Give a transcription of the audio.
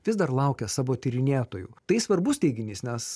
vis dar laukia savo tyrinėtojų tai svarbus teiginys nes